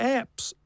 apps